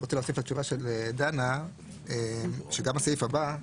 אני רוצה להוסיף לתשובה של דנה, שגם הסעיף הבא,